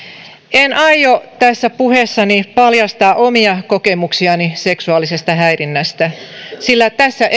en aio tässä puheessani paljastaa omia kokemuksiani seksuaalisesta häirinnästä sillä tässä